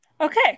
Okay